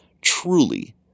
Truly